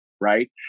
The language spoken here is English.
right